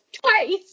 twice